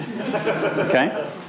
Okay